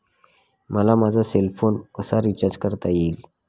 मला माझा cell phone कसा रिचार्ज करता येईल?